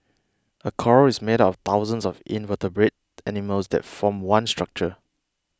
a coral is made up of thousands of invertebrate animals that form one structure